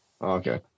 Okay